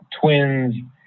Twins